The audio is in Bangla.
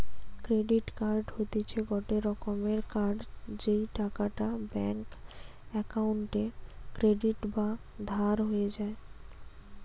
ক্রেডিট কার্ড হতিছে গটে রকমের কার্ড যেই টাকাটা ব্যাঙ্ক অক্কোউন্টে ক্রেডিট বা ধার হয়ে যায়